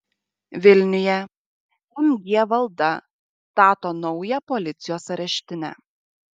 vilniuje mg valda stato naują policijos areštinę